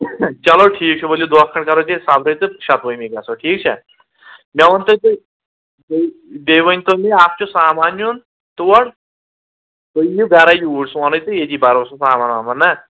چلو ٹھیٖک چھُ ؤلِو دۄہ کھنڈ کرو تیٚلہِ صبرے تہٕ شَتوُہمی گژھو ٹھیٖک چھا مےٚ ووٚن تُہۍ تُہۍ بیٚیہِ ؤنۍ تو مےٚ اَکھ چھُ سامان نیُن تور تُہۍ ییِو گَرَے یوٗرۍ سوٚنُے تہٕ ییٚتی بَروسُہ سامان وامان نا